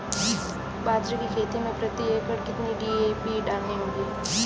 बाजरे की खेती में प्रति एकड़ कितनी डी.ए.पी डालनी होगी?